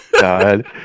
god